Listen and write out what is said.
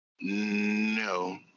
No